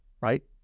right